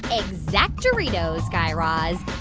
exact-oritos, guy raz.